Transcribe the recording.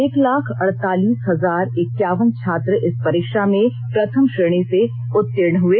एक लाख अड़तालीस हजार इक्कावन छात्र इस परीक्षा में प्रथम श्रेणी में उत्तीर्ण हुए